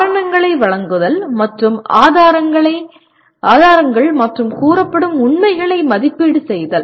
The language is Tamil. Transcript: காரணங்களை வழங்குதல் மற்றும் ஆதாரங்கள் மற்றும் கூறப்படும் உண்மைகளை மதிப்பீடு செய்தல்